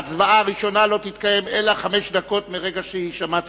ההצבעה הראשונה לא תתקיים אלא חמש דקות מרגע שיישמע הצלצול,